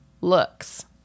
looks